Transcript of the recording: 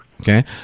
Okay